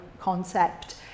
concept